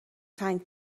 تنگ